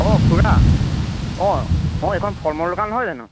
অ খুৰা অ অ এখন ফল মূলৰ দোকান হয় জানো